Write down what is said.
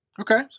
Okay